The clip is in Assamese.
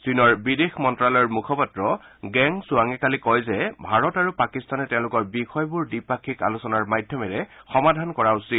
চীনৰ বিদেশ মন্ত্যালয়ৰ মুখপাত্ৰ গেং খোৱাঙে কালি কয় যে ভাৰত আৰু পাকিস্তানে তেওঁলোকৰ বিষয়বোৰ দ্বিপাক্ষিক আলোচনাৰ মাধ্যমেৰে সমাধান কৰা উচিত